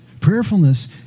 Prayerfulness